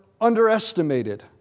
underestimated